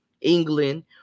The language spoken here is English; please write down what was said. England